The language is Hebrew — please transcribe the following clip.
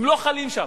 הם לא חלים שם.